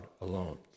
alone